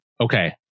Okay